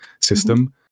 System